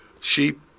sheep